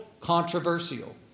controversial